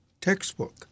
textbook